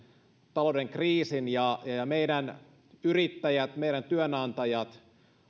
talouden kriisin ja meidän yrittäjät meidän työnantajat